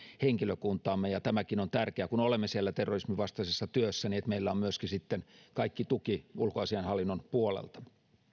henkilökuntaamme ja tämäkin on tärkeää kun olemme siellä terrorisminvastaisessa työssä että meillä on myöskin sitten kaikki tuki ulkoasiainhallinnon puolelta